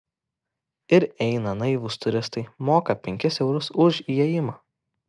ir eina naivūs turistai moka penkis eurus už įėjimą